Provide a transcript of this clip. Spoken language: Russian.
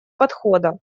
подхода